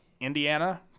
Indiana